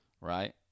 right